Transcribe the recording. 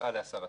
יפעל להסרתם.